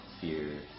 fear